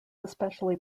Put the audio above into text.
especially